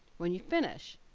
when you finish,